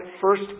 first